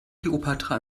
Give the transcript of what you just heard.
kleopatra